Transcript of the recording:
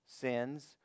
sins